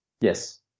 Yes